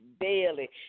daily